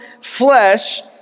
flesh